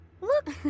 Look